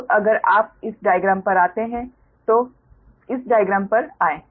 अब अगर आप इस डायग्राम पर आते हैं तो इस डायग्राम पर आएं